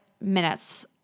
minutes